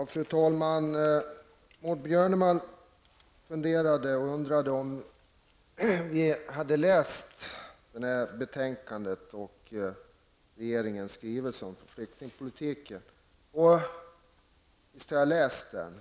Fru talman! Maud Björnemalm undrade om vi hade läst betänkandet och regeringens skrivelse om flyktingpolitiken. Visst har jag läst detta.